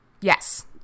Yes